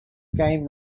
game